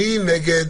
אני גם נגד.